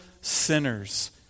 sinners